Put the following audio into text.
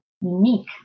unique